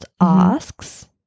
asks